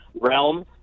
realm